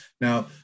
now